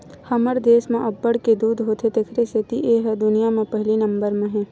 हमर देस म अब्बड़ के दूद होथे तेखर सेती ए ह दुनिया म पहिली नंबर म हे